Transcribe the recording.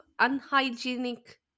unhygienic